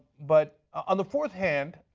but on the fourth hand,